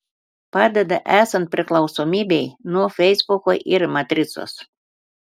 padeda esant priklausomybei nuo feisbuko ir matricos